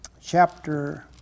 chapter